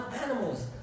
animals